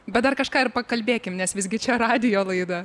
bet dar kažką ir pakalbėkim nes visgi čia radijo laida